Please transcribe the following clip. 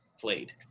played